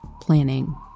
planning